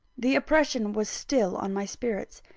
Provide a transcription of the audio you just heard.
the oppression was still on my spirits.